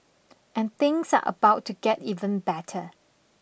and things are about to get even better